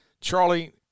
Charlie